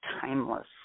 timeless